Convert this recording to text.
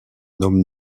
homme